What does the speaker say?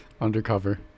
Undercover